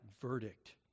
verdict